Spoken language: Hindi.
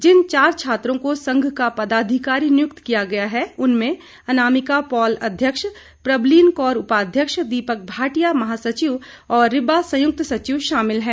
जिन चार छात्रों को संघ का पदाधिकारी नियुक्त किया गया है उनमें अनामिका पॉल अध्यक्ष प्रबलीन कौर उपाध्यक्ष दीपक भाटिया महासचिव और रिबा संयुक्त सचिव शामिल है